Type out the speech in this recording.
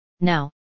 Now